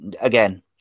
again